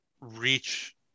reach